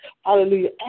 Hallelujah